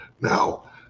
Now